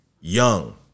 young